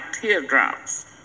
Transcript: teardrops